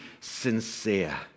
sincere